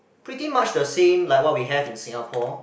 pretty much the same like what we have in Singapore